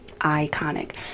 iconic